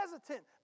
hesitant